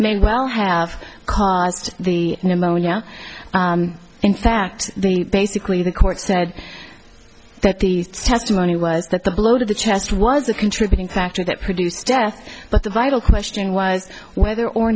may well have caused the pneumonia in fact the basically the court said that the testimony was that the blow to the chest was a contributing factor that produced death but the vital question was whether or